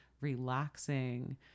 relaxing